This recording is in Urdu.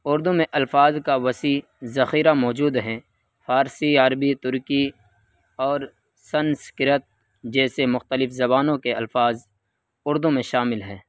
اردو میں الفاظ کا وسیع ذخیرہ موجود ہے فارسی عربی ترکی اور سنسکرت جیسے مختلف زبانوں کے الفاظ اردو میں شامل ہیں